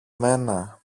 μένα